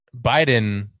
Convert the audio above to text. Biden